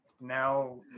now